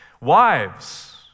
Wives